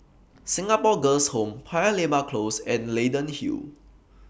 Singapore Girls' Home Paya Lebar Close and Leyden Hill